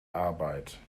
arbeit